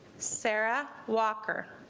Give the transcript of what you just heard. sarah walker